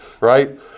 right